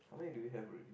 how many do we have already